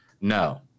no